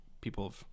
People